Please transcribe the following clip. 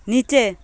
নিচে